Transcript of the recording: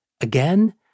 Again